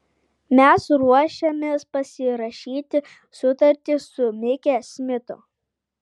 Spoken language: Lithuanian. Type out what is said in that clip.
mes ruošiamės pasirašyti sutartį su mike smitu